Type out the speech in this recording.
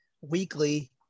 weekly